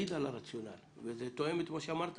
מעיד על הרציונל וזה תואם את מה שאמרת